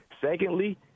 Secondly